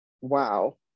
wow